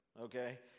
okay